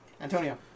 Antonio